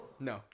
No